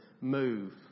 move